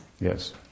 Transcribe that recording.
Yes